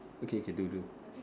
okay okay do do